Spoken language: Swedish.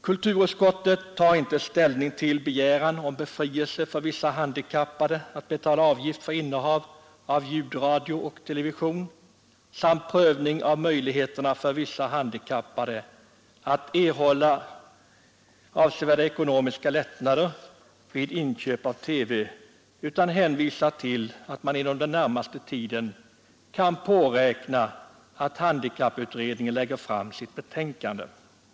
Kulturutskottet tar inte ställning till begäran om befrielse för vissa handikappade från avgift för innehav av ljudradio och TV samt prövning av möjligheterna för vissa handikappade att erhålla avsevärda ekonomiska lättnader vid inköp av TV, utan utskottet hänvisar till att man kan påräkna att handikapputredningen lägger fram sitt betänkande inom den närmaste tiden.